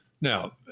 Now